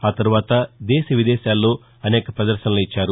ఆ తర్వాత దేశవిదేశాల్లో అనేక పదర్శనలు ఇచ్చారు